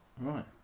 Right